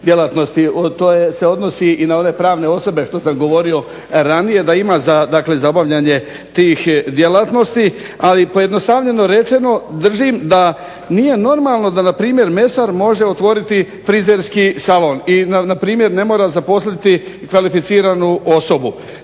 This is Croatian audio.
To se odnosi i na one pravne osobe što sam govorio ranije da ima za, dakle za obavljanje tih djelatnosti. Ali pojednostavljeno rečeno držim da nije normalno da npr. mesar može otvoriti frizerski salon i npr. ne mora zaposliti kvalificiranu osobu.